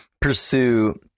pursue